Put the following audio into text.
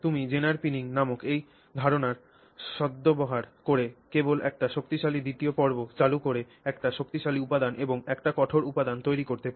তুমি Zener pinning নামক এই ধারণার সদ্ব্যবহার করে কেবল একটি শক্তিশালী দ্বিতীয় পর্ব চালু কোরে একটি শক্তিশালী উপাদান এবং একটি কঠোর উপাদান তৈরি করতে পার